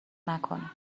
نکنه